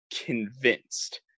Convinced